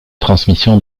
transmission